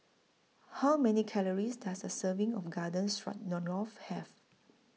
How Many Calories Does A Serving of Garden Stroganoff Have